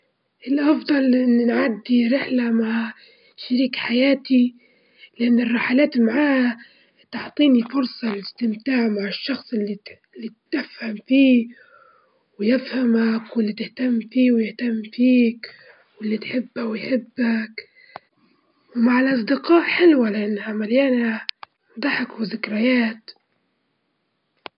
نفضل إني نكون شاب بالغ، مرحلة البلوغ تعطيك الفرصة لتجربة الحياة واتخاذ قرارات مستقلة، تعتمد على روحك فيها وتبدأ تفهم الحياة وتستقل مع حالك، لكن الطفولة ما فيش وعي وكلها لعب.